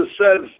says